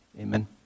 Amen